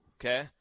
Okay